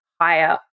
higher